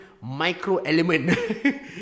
micro-element